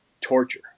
torture